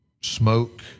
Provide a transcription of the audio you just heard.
smoke